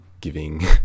giving